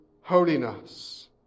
holiness